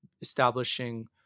establishing